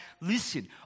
Listen